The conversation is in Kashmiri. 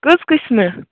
کٔژ قٕسمہِ